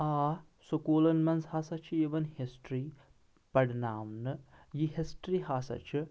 آ سکوٗلن منٛز ہسا چھِ یِوان ہسٹری پرناونہٕ یہِ ہسٹری ہسا چھِ